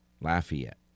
Lafayette